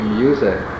music